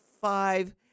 five